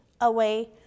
away